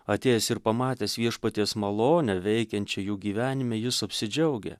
atėjęs ir pamatęs viešpaties malonę veikiančią jų gyvenime jis apsidžiaugia